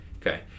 okay